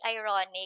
ironic